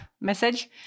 message